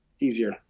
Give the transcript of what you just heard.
easier